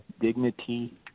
dignity